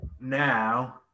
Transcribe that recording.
Now